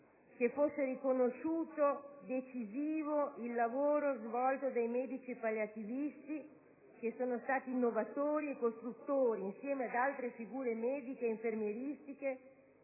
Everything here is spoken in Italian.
che fosse riconosciuta l'importanza decisiva del lavoro svolto dai medici palliativisti che sono stati innovatori e costruttori, insieme ad altre figure mediche ed infermieristiche,